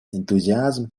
энтузиазм